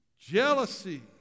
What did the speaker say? jealousy